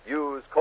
use